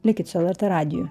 likit su lrt radiju